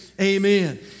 amen